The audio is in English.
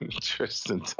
tristan